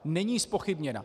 Není zpochybněna.